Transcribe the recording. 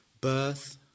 Birth